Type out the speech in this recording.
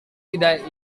tidak